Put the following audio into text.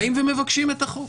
באים ומבקשים את החוק.